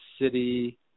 City